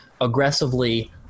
aggressively